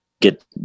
get